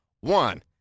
one